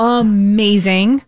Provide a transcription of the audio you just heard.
amazing